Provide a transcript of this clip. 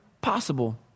possible